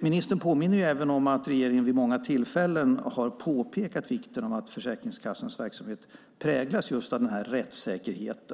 Ministern påminner även om att regeringen vid många tillfällen har påpekat vikten av att Försäkringskassans verksamhet präglas av rättssäkerhet